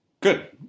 Good